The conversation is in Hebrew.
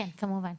כן, כמובן.